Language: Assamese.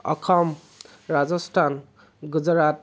অসম ৰাজস্থান গুজৰাট